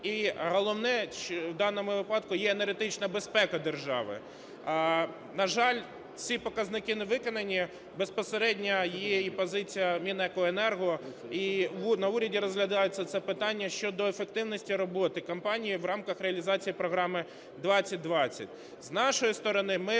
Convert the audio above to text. І головне в даному випадку є енергетична безпека держави. На жаль, ці показники не виконані. Безпосередня є й позиція і Мінекоенерго, і на уряді розглядається це питання щодо ефективності роботи компанії в рамках реалізації програми-2020. З нашої сторони ми